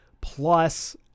plus